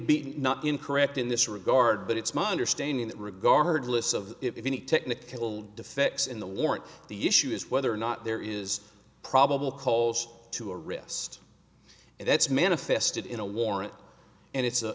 be not incorrect in this regard but it's my understanding that regardless of if any technical defects in the warrant the issue is whether or not there is probable cause to a wrist and that's manifested in a warrant and it's a